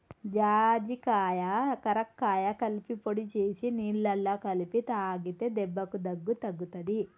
జాజికాయ కరక్కాయ కలిపి పొడి చేసి నీళ్లల్ల కలిపి తాగితే దెబ్బకు దగ్గు తగ్గుతది